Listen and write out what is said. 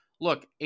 look